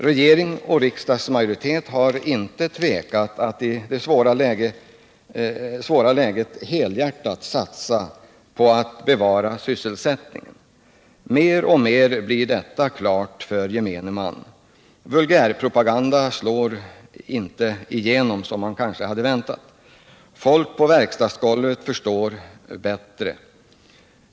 Regering och riksdagsmajoritet har inte tvekat att i det svåra läget helhjärtat satsa på att bevara sysselsättningen. Mer och mer står detta klart för gemene man. Vulgärpropaganda slår inte igenom på det sätt som man kanske hade väntat. Folk på verkstadsgolvet förstår bättre.